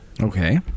Okay